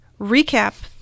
recap